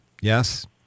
Yes